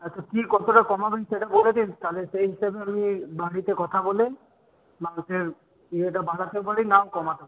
আচ্ছা কি কতটা কমাবেন সেটা বলে দিন তাহলে সেই হিসেবে আমি বাড়িতে কথা বলে মাংসের ইয়েটা বাড়াতে পারি নাও কমাতে পারি